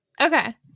Okay